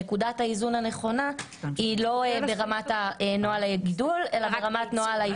שנקודת האיזון הנכונה היא לא ברמת נוהל גידול אלא ברמת נוהל הייצור.